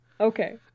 Okay